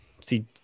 See